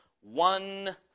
one